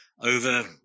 over